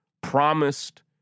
promised